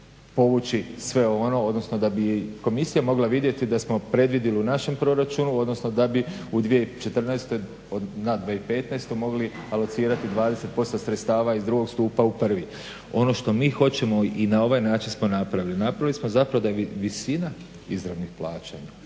da bi komisija mogla vidjeti da smo predvidjeli u našem proračunu odnosno da bi u 2014.na 2015.mogli alocirati 20% sredstava iz drugog stupa u prvi. Ono što mi hoćemo i na ovaj način smo napravili, napravili smo zapravo da visina izravnih plaćanja